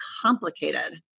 complicated